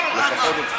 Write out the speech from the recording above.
חברת הכנסת